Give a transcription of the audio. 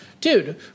dude